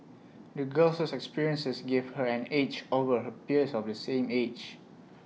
the girl's experiences gave her an edge over her peers of the same age